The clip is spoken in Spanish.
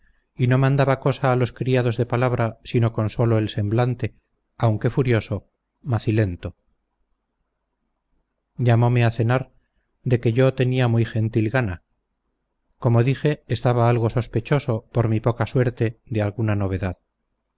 y no mandaba cosa a los criados de palabra sino con solo el semblante aunque furioso macilento llamome a cenar de que yo tenía muy gentil gana como dije estaba algo sospechoso por mi poca suerte de alguna novedad